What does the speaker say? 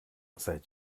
seit